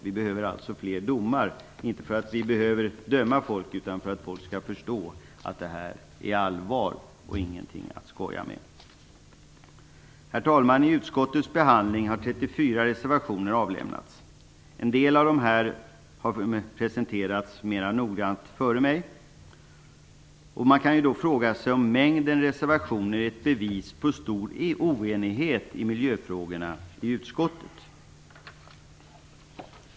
Vi behöver alltså fler domar - inte för att vi behöver döma folk, utan för att folk skall förstå att det är allvar och ingenting att skoja med. Herr talman! I utskottets behandling har 34 reservationer avlämnats. En del av dem har presenterats mera noggrant av talare före mig. Man kan fråga sig om mängden reservationer är ett bevis på stor oenighet i miljöfrågorna i utskottet.